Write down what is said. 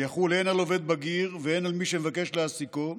שיחול הן על עובד בגיר והן על מי שמבקש להעסיקו,